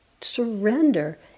surrender